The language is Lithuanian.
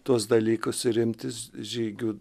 tuos dalykus ir imtis žygių